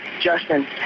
Justin